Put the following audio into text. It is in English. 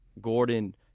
Gordon